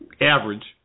average